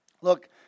look